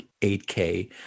8K